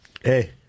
Hey